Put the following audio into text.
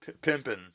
pimping